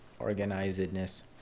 organizedness